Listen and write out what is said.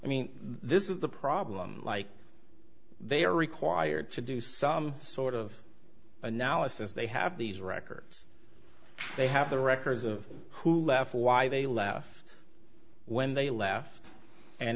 i mean this is the problem like they are required to do some sort of analysis they have these records they have the records of who left why they left when they l